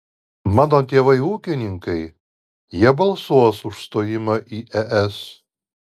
mano tėvai ūkininkai jie balsuos už stojimą į es